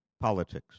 politics